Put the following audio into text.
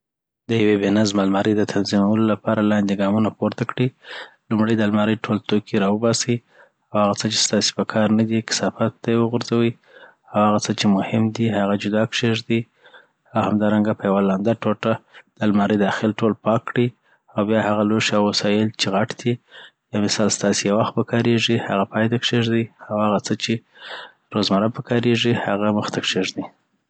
د یوی بی نظمه الماري د تنظیمولو لپاره لاندي ګامونه پورته کړي لومړی دالماري ټول توکي راوباسي اوهغه څه چي ستاسي پکار ندی کثافاتو ته یی وغورځوي او هغه څه چی مهم دی هغه جدا کښیږدي او همدارنګه په یوه لنده ټوټه دالماري داخل ټول پاک کړي او بیا هغه لوښی او وسایل چي غټ دي یامثال ستاسی یو وخت پکاریږی هغه پای ته کښیږدی او هغه چی روزمره پکاریږی هغه مخته کښیږدی.